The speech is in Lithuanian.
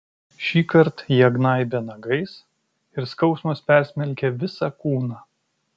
šįkart jie gnaibė nagais ir skausmas persmelkė visą kūną